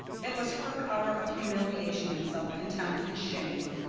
it was her hour of humiliation and self-contempt and shame.